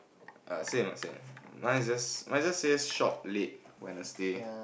uh same ah same mine just mine just say shop late Wednesday